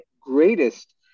greatest